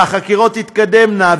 והחקירות תתקדמנה,